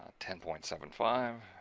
ten point seven five.